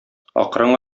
акрын